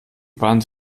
wand